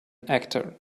actor